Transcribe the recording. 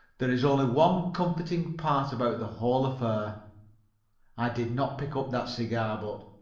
there is only one comforting part about the whole affair i did not pick up that cigar butt.